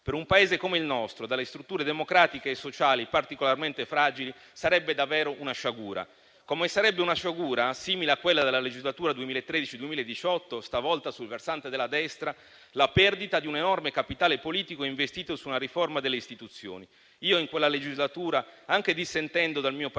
Per un Paese come il nostro, dalle strutture democratiche e sociali particolarmente fragili, sarebbe davvero una sciagura. Come sarebbe una sciagura, simile a quella della legislatura 2013-2018 - stavolta sul versante della destra - la perdita di un enorme capitale politico investito su una riforma delle istituzioni. Io, in quella legislatura, anche dissentendo dal mio partito,